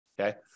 Okay